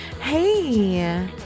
Hey